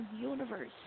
universe